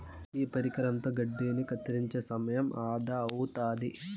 ఈ పరికరంతో గడ్డిని కత్తిరించే సమయం ఆదా అవుతాది